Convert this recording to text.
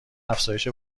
افزایش